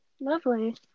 Lovely